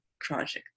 project